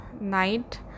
night